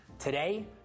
Today